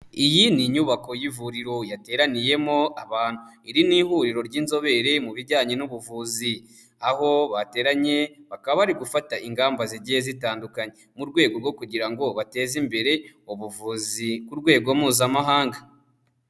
Iyi ni inyubako y'ivuriro yateraniyemo abantu. Iri ni ihuriro ry'inzobere mu bijyanye n'ubuvuzi, aho bateranye bakaba bari gufata ingamba zigiye zitandukanye mu rwego rwo kugira ngo bateze imbere ubuvuzi ku rwego mpuzamahanga.